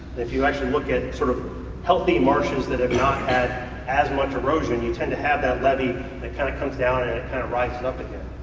if you actually look at sort of healthy marshes, that have not had as much erosion, you tend to have that levee that kind of comes down and it kind of rises up again.